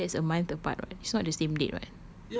ya but still that's a month apart [what] it's not the same date [what]